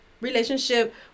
relationship